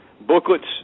booklets